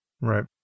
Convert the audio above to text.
Right